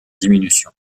diminution